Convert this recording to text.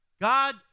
God